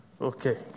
Okay